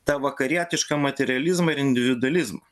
tą vakarietišką materializmą ir individualizmą